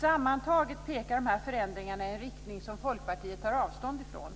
Sammantaget pekar alltså dessa förändringar i en riktning som Folkpartiet tar avstånd från.